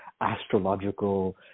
astrological